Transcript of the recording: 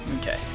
Okay